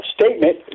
statement